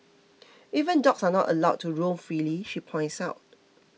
even dogs are not allowed to roam freely she points out